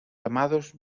llamados